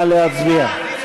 נא להצביע.